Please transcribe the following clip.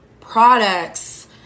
products